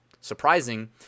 surprising